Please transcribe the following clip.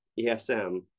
ESM